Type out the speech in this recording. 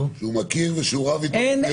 --- שהוא מכיר ושהוא רב איתו לפני יומיים.